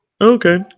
Okay